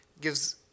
gives